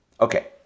Okay